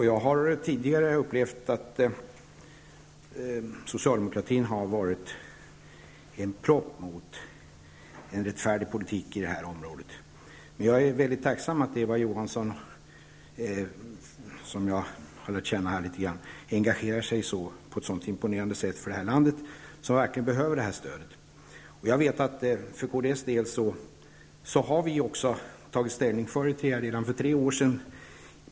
Jag har tidigare upplevt att socialdemokratin har fungerat som en propp mot en rättfärdig politik i det här området. Men jag är tacksam för att Eva Johansson, som jag har lärt känna, engagerar sig på ett sådant imponerande sätt för det här landet -- som verkligen behöver stödet. Redan för tre år sedan på ett riksting tog kds ställning för Eritrea.